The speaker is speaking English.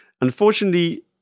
unfortunately